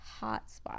hotspot